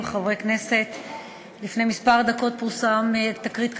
אנחנו עוברים להצעת חוק התכנון והבנייה (תיקון מס' 102). תציג את